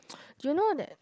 do you know that